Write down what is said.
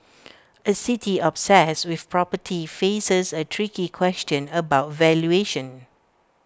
A city obsessed with property faces A tricky question about valuation